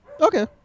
Okay